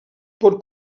pot